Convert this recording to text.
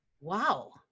wow